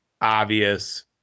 obvious